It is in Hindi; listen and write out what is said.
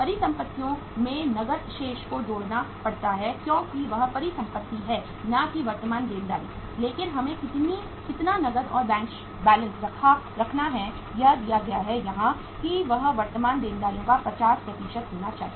परिसंपत्तियों में नकद शेष को जोड़ना पड़ता है क्योंकि वह परिसंपत्ति है ना कि वर्तमान देनदारी लेकिन हमें कितना नकद और बैंक बैलेंस रखना है यह दिया गया है यहाँ कि वह वर्तमान देनदारियों का 50 होना चाहिए